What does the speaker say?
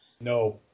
No